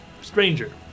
stranger